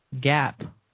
gap